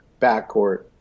backcourt